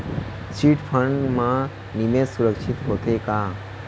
Chit fund मा निवेश सुरक्षित होथे का?